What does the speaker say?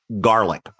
garlic